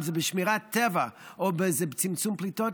אם בשמירת הטבע ואם בצמצום פליטות,